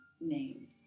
name